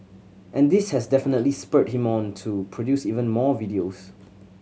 and this has definitely spurred him on to produce even more videos